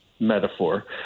Metaphor